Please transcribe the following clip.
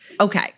Okay